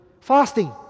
fasting